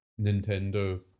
nintendo